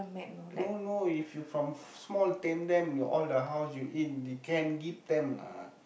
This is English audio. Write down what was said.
no no if you from small tame them your all the house you eat the can give them lah